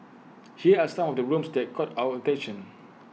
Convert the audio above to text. here are some of the rooms that caught our attention